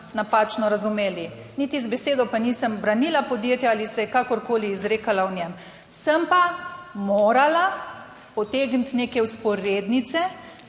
napačno razumeli. Niti z besedo pa nisem branila podjetja ali se je kakorkoli izrekala o njem. Sem pa morala potegniti neke vzporednice